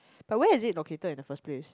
but where is it located at the first place